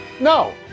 No